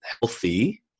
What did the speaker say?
healthy